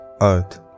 Earth